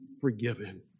forgiven